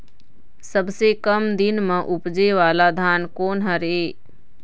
सबसे कम दिन म उपजे वाला धान कोन हर ये?